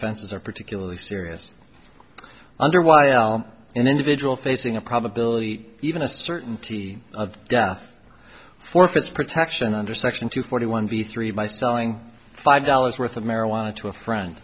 offenses are particularly serious underwire an individual facing a probability even a certainty of death forfeits protection under section two forty one b three my selling five dollars worth of marijuana to a friend